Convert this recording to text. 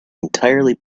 entirely